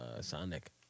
Sonic